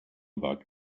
about